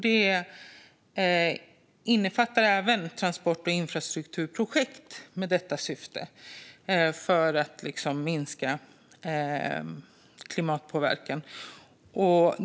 Det innefattar även transport och infrastrukturprojekt med detta syfte, alltså att minska klimatpåverkan.